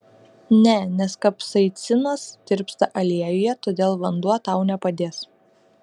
ne nes kapsaicinas tirpsta aliejuje todėl vanduo tau nepadės